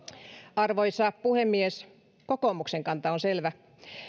arvoisa puhemies kokoomuksen kanta on selvä